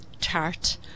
tart